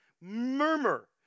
murmur